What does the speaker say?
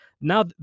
Now